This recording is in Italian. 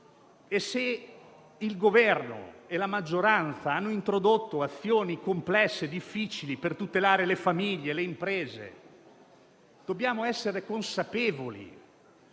se il Governo e la maggioranza hanno introdotto azioni complesse e difficili per tutelare le famiglie e le imprese, dobbiamo essere consapevoli